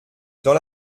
dans